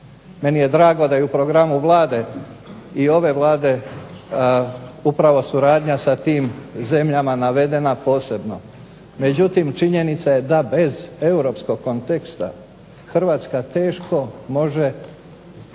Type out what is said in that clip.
Meni je drago da i u programu Vlade, i ove Vlade upravo suradnja sa tim zemljama navedena posebno, međutim, činjenica je da bez Europskog konteksta Hrvatska teško može